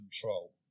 control